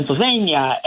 Pennsylvania